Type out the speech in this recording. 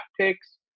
picks